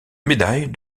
médaille